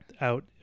out